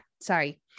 sorry